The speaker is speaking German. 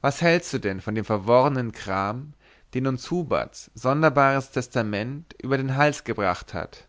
was hältst du denn von dem verworrenen kram den uns huberts sonderbares testament über den hals gebracht hat